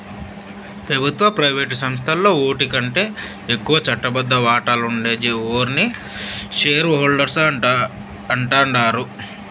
పెబుత్వ, ప్రైవేటు సంస్థల్ల ఓటికంటే ఎక్కువ చట్టబద్ద వాటాలుండే ఓర్ని షేర్ హోల్డర్స్ అంటాండారు